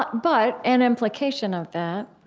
but but an implication of that